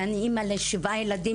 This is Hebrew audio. ואני אימא ל-7 ילדים.